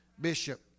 bishop